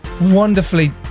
wonderfully